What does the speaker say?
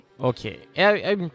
Okay